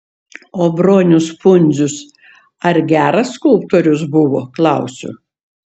o bronius pundzius ar geras skulptorius buvo klausiu